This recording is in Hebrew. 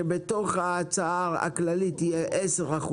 שבתוך ההצעה הכללית יהיו 10%,